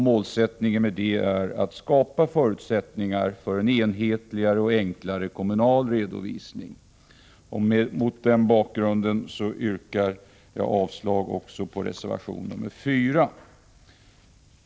Målsättningen för det arbetet är att skapa förutsättningar för en enhetligare och enklare kommunal redovisning. Mot den bakgrunden yrkar jag avslag också på reservation 4.